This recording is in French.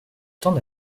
temps